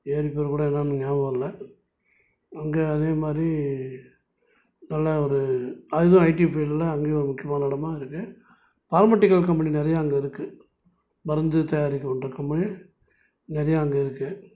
ஏரி பெயருக்கூட என்னெனு ஞாபகம் இல்லை அங்கே அதே மாதிரி நல்ல ஒரு அது தான் ஐடி ஃபீல்டுலாம் அங்கேயும் முக்கியமான ஒரு இடமாக இருக்குது பார்மேட்டிக்கள் கம்பெனி நிறையா அங்கே இருக்குது மருந்து தயாரிக்கக்கூடிய கம்பெனி நிறையா அங்கே இருக்குது